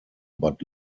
but